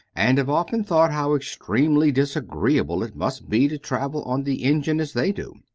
and have often thought how extremely disagreeable it must be to travel on the engine as they do.